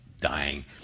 dying